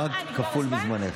חרגת כפול מזמנך.